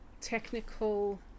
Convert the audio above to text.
technical